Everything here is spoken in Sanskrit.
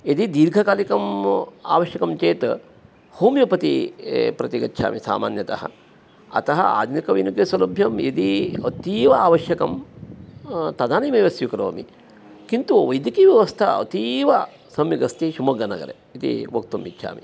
यदि दीर्घकालिकम् आवश्यकं चेत् होमियोपति प्रति गच्छामि सामान्यतः अतः आधुनिक सौलभ्यं यदि अतीव आवश्यकं तदानीमेव स्वीकरोमि किन्तु वैद्यिकीयव्यवस्था अतीवसम्यगस्ति शिवमोग्गानगरे इति वक्तुम् इच्छामि